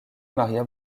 maria